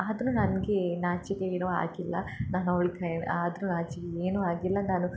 ಆದರೂ ನನಗೆ ನಾಚಿಕೆ ಏನು ಆಗಿಲ್ಲ ನಾನು ಅವ್ಳ ಕೈಲಿ ಆದರೂ ನಾಚಿಕೆ ಏನೂ ಆಗಿಲ್ಲ ನಾನು